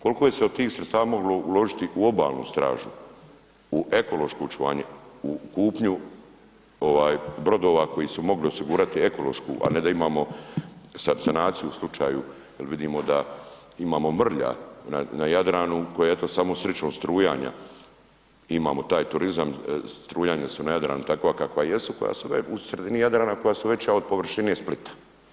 Koliko je se od tih sredstava moglo uložiti u obalnu stražu, u ekološko očuvanje, u kupnju ovaj brodova koji su mogli osigurati ekološku, a ne da imamo sad sanaciju u slučaju jel vidimo da imamo mrlja na Jadranu, koje eto samo sričom strujanja imamo taj turizam, strujanju su na Jadranu takva kakva jesu koja su u sredini Jadrana koja su veća od površine Splita.